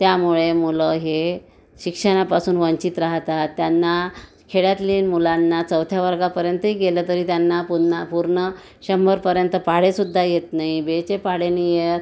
त्यामुळे मुलं हे शिक्षणापासून वंचित राहतात त्यांना खेड्यातील मुलांना चौथ्या वर्गापर्यंतही गेलं तरी त्यांना पुन्हा पूर्ण शंभरपर्यंत पाढेसुद्धा येत नाही बेचे पाढे नाही येत